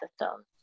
systems